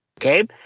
Okay